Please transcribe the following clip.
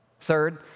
Third